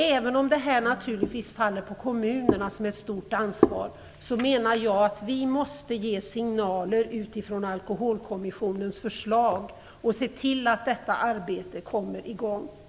Även om detta naturligtvis är kommunernas ansvar - ett stort sådant - måste vi signalera utifrån Alkoholkommissionens förslag och se till att detta arbete kommer i gång.